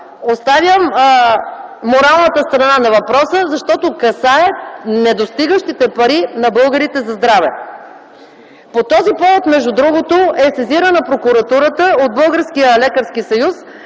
Оставям моралната страна на въпроса, защото касае недостигащите пари на българите за здраве. Между другото, по този повод е сезирана прокуратурата от Българския лекарски съюз